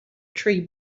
tree